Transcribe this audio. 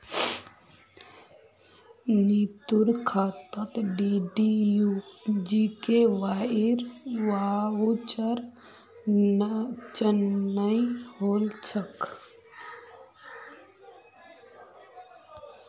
नीतूर खातात डीडीयू जीकेवाईर वाउचर चनई होल छ